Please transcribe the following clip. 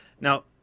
Now